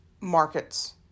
markets